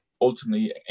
ultimately